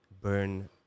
burn